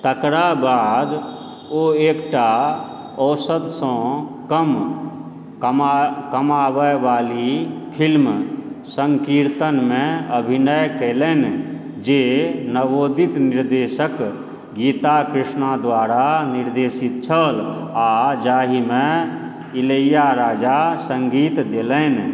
तकरा बाद ओ एकटा औसतसँ कम कमाबय वाली फिल्म सङ्कीर्तनमे अभिनय कयलनि जे नवोदित निर्देशक गीता कृष्णा द्वारा निर्देशित छल आ जाहिमे इलैआ राजा सङ्गीत देलनि